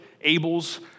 Abel's